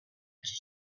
edge